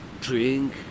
drink